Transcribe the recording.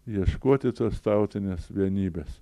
ieškoti tos tautinės vienybės